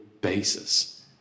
basis